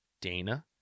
Dana